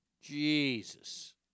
Jesus